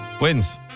Wins